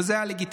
וזה היה לגיטימי,